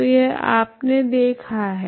तो यह आपने देखा है